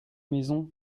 maison